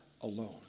alone